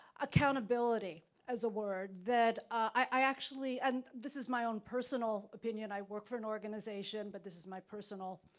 accountability, as a word that i actually, and this is my own personal opinion. i work for an organization but this is my personal